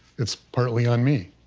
it's partly on me.